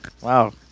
wow